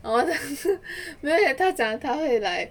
没有他讲他会 like